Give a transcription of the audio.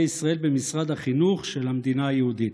ישראל במשרד החינוך של המדינה היהודית.